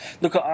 look